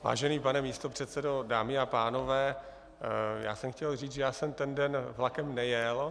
Vážený pane místopředsedo, dámy a pánové, já jsem chtěl říct, že jsem ten den vlakem nejel.